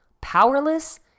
powerless